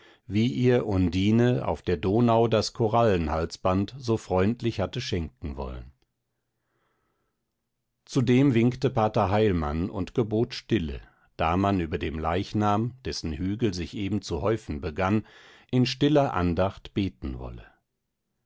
wie ihr undine auf der donau das korallenhalsband so freundlich hatte schenken wollen zudem winkte pater heilmann und gebot stille da man über dem leichnam dessen hügel sich eben zu häufen begann in stiller andacht beten wolle